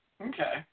Okay